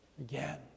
again